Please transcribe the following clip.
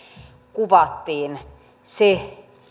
kuvattiin se